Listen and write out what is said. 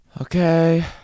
okay